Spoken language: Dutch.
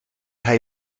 hij